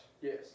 Yes